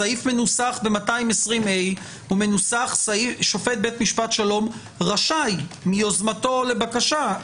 הסעיף ב-220ה מנוסח: שופט בית משפט שלום רשאי מיוזמתו לבקשה,